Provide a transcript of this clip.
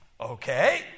Okay